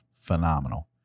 phenomenal